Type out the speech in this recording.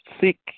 seek